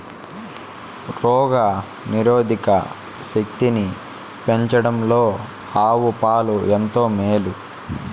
రోగ నిరోధక శక్తిని పెంచడంలో ఆవు పాలు ఎంతో మేలు